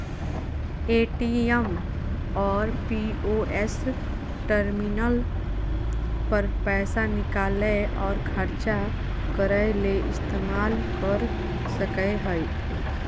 ATM और POS terminal पर पैसा निकालय और ख़र्चा करय ले इस्तेमाल कर सकय हइ